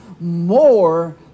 more